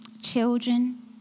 children